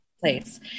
place